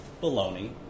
bologna